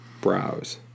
browse